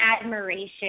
admiration